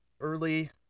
early